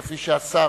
כפי שהשר